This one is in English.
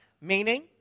Meaning